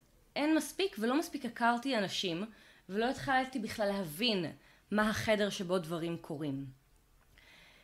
אין מספיק ולא מספיק הכרתי אנשים ולא התחלתי בכלל להבין מה החדר שבו דברים קורים.